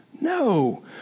no